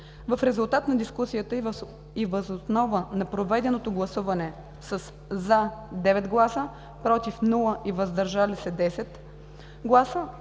В резултат на дискусията и въз основа на проведеното гласуване със „за“ 9 гласа, без „против“, и „въздържали се“ 10 гласа,